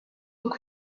yitwa